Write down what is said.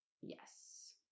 Yes